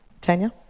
Tanya